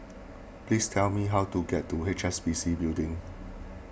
please tell me how to get to H S B C Building